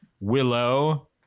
willow